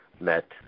met